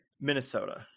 Minnesota